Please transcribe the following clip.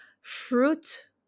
Fruit